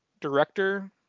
director